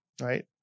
right